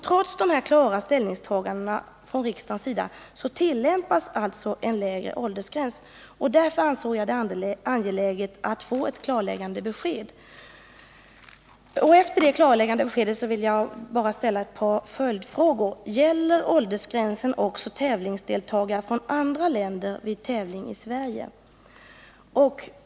Trots de här klara ställningstagandena från riksdagens sida tillämpas alltså en lägre åldersgräns. Därför ansåg jag det angeläget att få ett klarläggande besked. Efter det klarläggande beskedet vill jag bara ställa ett par följdfrågor: Gäller åldersgränsen också tävlingsdeltagare från andra länder vid tävling i Sverige?